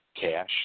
cash